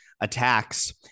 attacks